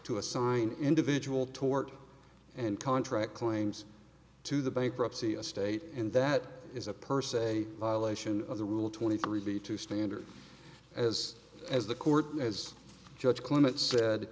to assign individual tort and contract claims to the bankruptcy estate and that is a purse a violation of the rule twenty three b two standard as as the court as judge climate sa